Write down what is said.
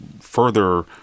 further